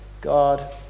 God